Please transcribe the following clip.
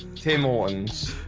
timmons